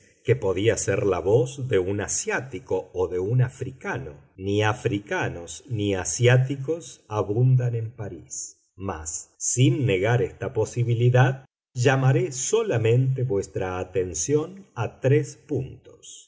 que podía ser la voz de un asiático o de un africano ni africanos ni asiáticos abundan en parís mas sin negar esta posibilidad llamaré solamente vuestra atención a tres puntos